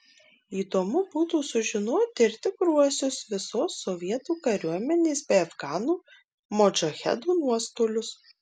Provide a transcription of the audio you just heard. įdomu būtų sužinoti ir tikruosius visos sovietų kariuomenės bei afganų modžahedų nuostolius